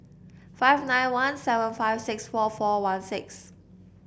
five nine one seven five six four four one six